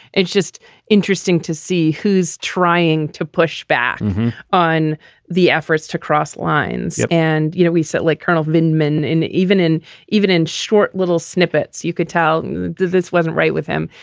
it's just interesting to see who's trying to push back on the efforts to cross lines. and, you know, we sit like colonel venkman, even in even in short little snippets, you could tell that this wasn't right with him.